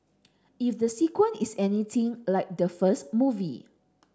if the sequel is anything like the first movie